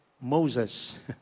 Moses